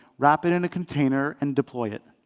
wrap it in a container, and deploy it.